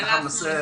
אסביר.